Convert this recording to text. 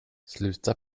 sluta